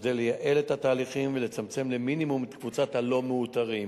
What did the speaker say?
כדי לייעל את התהליכים ולצמצם למינימום את קבוצת הלא-מאותרים,